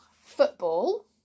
football